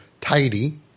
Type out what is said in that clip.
tidy